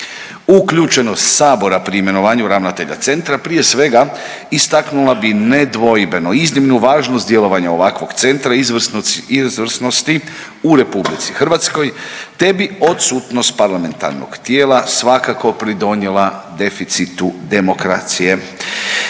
Uključenost sabora pri imenovanju ravnatelja centra prije svega istaknula bi nedvojbeno iznimnu važnost djelovanja ovakvog centra izvrsnosti u RH te bi odsutnost parlamentarnog tijela svakako pridonijela deficitu demokracije.